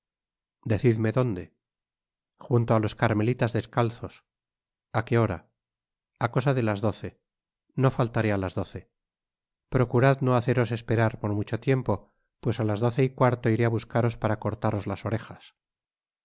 decidme donde junto á los carmelitas descalzos a qué hora a cosa de las doce no faltaré á las doce procurad no haceros esperar por mucho tiempo pues á las doce y cuarto iré á buscaros para cortaros las orejas